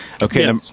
Okay